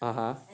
ah